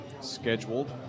scheduled